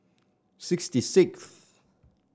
sixty sixth